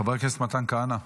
חבר הכנסת מתן כהנא.